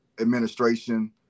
administration